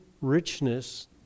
richness